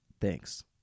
Thanks